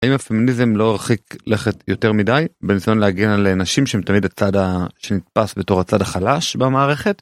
האם הפמיניזם לא הרחיק לכת יותר מדי, בניסיון להגן על נשים, שהם תמיד בצד שנתפס בתור הצד החלש במערכת.